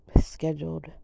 scheduled